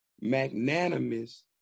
magnanimous